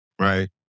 Right